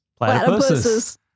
Platypuses